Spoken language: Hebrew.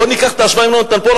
בוא ניקח את ההשוואה עם יונתן פולק,